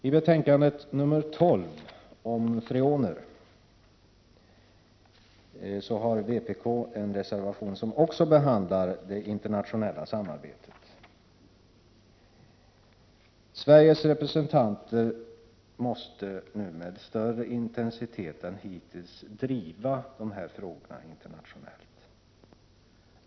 I betänkande 12 om freoner har vpk en reservation som också behandlar det internationella samarbetet. Sveriges representanter måste nu med större intensitet än hittills driva dessa frågor internationellt.